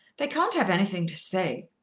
they can't have anything to say.